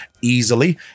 easily